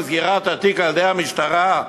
עם סגירת התיק על-ידי המשטרה,